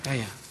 נתקבלה.